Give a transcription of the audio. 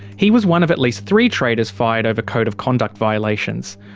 he was one of at least three traders fired over code-of-conduct violations.